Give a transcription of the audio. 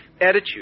attitude